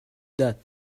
that